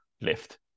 lift